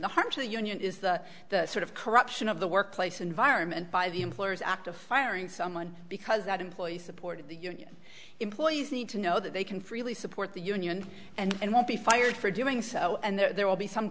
the harm to the union is the sort of corruption of the workplace environment by the employer's act of firing someone because that employee supported the union employees need to know that they can freely support the union and won't be fired for doing so and there will be some